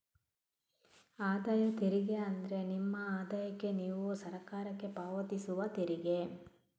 ಆದಾಯ ತೆರಿಗೆ ಅಂದ್ರೆ ನಿಮ್ಮ ಆದಾಯಕ್ಕೆ ನೀವು ಸರಕಾರಕ್ಕೆ ಪಾವತಿಸುವ ತೆರಿಗೆ